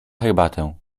herbatę